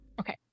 okay